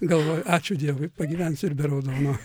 galvoju ačiū dievui pagyvensiu ir be raudono